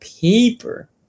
paper